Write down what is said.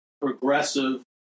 progressive